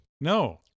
No